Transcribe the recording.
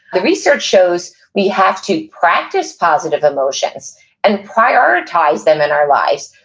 the research shows we have to practice positive emotions, and prioritize them in our lives,